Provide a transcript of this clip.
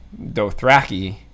Dothraki